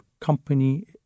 company